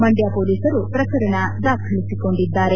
ಮಂಡ್ಡ ಮೊಲೀಸರು ಪ್ರಕರಣ ದಾಖಲಿಸಿಕೊಂಡಿದ್ದಾರೆ